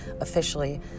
officially